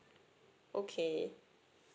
okay